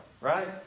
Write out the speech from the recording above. Right